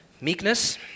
Meekness